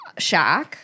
Shaq